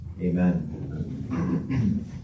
Amen